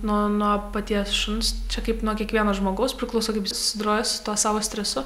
nuo nuo paties šuns čia kaip nuo kiekvieno žmogaus priklauso kaip jis susidoroja su tuo savo stresu